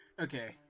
Okay